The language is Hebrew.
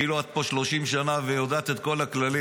כאילו את פה 30 שנה ויודעת את כל הכללים.